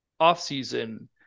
offseason